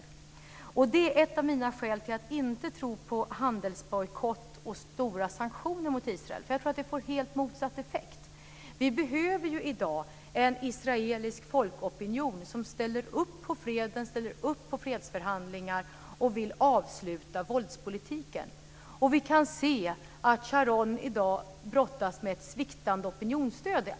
Det är ett av skälen till att jag inte tror på handelsbojkott och stora sanktioner mot Israel. Jag tror att det får helt motsatt effekt. Vi behöver i dag en israelisk folkopinion som ställer upp på freden och på fredsförhandlingar och vill avsluta våldspolitiken. Vi kan se att Sharon i dag brottas med ett sviktande opinionsstöd.